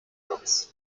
books